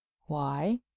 Why